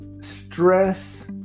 stress